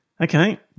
Okay